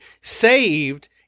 saved—